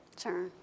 Sure